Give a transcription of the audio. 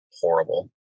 horrible